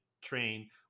train